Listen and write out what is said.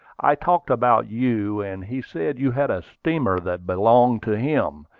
i talked about you and he said you had a steamer that belonged to him,